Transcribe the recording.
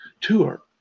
tour